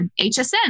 HSN